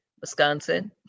Wisconsin